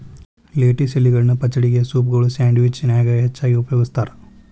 lettuce ಎಲಿಗಳನ್ನ ಪಚಡಿಗೆ, ಸೂಪ್ಗಳು, ಸ್ಯಾಂಡ್ವಿಚ್ ನ್ಯಾಗ ಹೆಚ್ಚಾಗಿ ಉಪಯೋಗಸ್ತಾರ